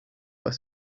was